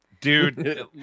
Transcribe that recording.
Dude